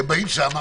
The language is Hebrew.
הם באים לשם,